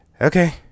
okay